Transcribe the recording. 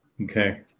Okay